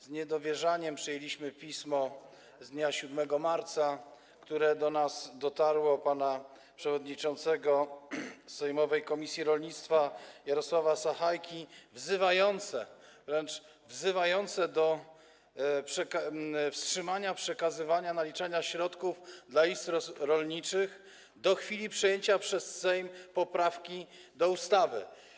Z niedowierzaniem przyjęliśmy pismo z dnia 7 marca, które do nas dotarło, przewodniczącego sejmowej komisji rolnictwa pana Jarosława Sachajki wzywające wręcz do wstrzymania przekazywania, naliczania środków dla izb rolniczych do chwili przyjęcia przez Sejm poprawki do ustawy.